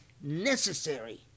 necessary